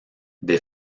des